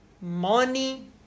money